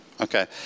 Okay